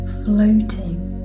floating